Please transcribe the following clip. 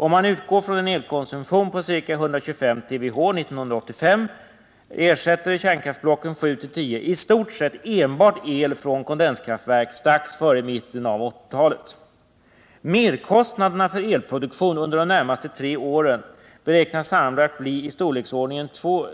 Om man utgår från en elkonsumtion på ca 125 TWh år 1985, så ersätter kärnkraftblocken 7-10 i stort sett enbart el från kondenskraftverk strax före mitten av 1980-talet. Merkostnaderna för elproduktionen under de närmaste tre åren beräknas sammanlagt bli i storleksordningen 2